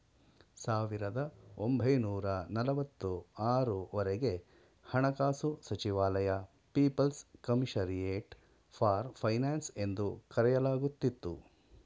ಸಾವಿರದ ಒಂಬೈನೂರ ನಲವತ್ತು ಆರು ವರೆಗೆ ಹಣಕಾಸು ಸಚಿವಾಲಯ ಪೀಪಲ್ಸ್ ಕಮಿಷರಿಯಟ್ ಫಾರ್ ಫೈನಾನ್ಸ್ ಎಂದು ಕರೆಯಲಾಗುತ್ತಿತ್ತು